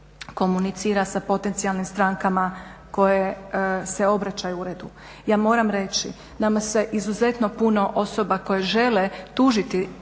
komunicira sa potencijalnim strankama koje se obraćaju uredu. Ja moram reći, nama se izuzetno puno osoba koje žele tužiti